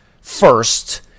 first